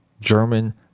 German